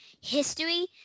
history